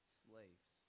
slaves